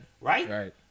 Right